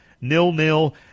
Nil-nil